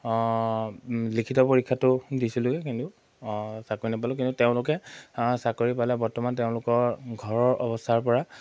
লিখিত পৰীক্ষাটো দিছিলোঁহে কিন্তু চাকৰি নাপালো কিন্তু তেওঁলোকে চাকৰি পালে বৰ্তমান তেওঁলোকৰ ঘৰৰ অৱস্থাৰ পৰা